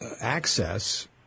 access –